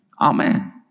Amen